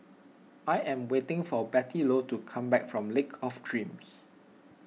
I am waiting for Bettylou to come back from Lake of Dreams